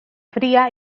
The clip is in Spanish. fría